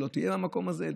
לא תהיה במקום הזה,